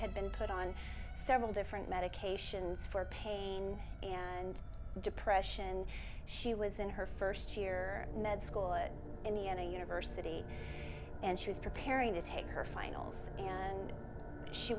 had been put on several different medications for pain and depression she was in her first year med school at indiana university and she was preparing to take her finals and she